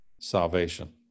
salvation